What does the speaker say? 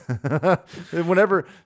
Whenever